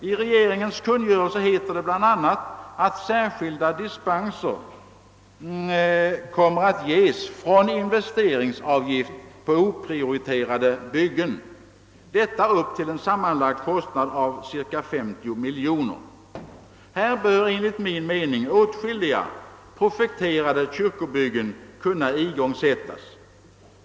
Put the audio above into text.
I regeringens kungörelse heter det bl.a., att särskilda dispenser kommer att ges från investeringsavgift på oprioriterade byggen — detta upp till en sammanlagd kostnad av cirka 50 miljoner. Här bör enligt min mening åtskilliga projekterade kyrkbyggen kunna igångsättas.